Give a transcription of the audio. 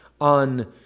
on